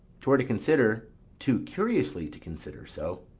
twere to consider too curiously to consider so.